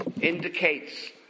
indicates